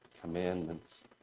commandments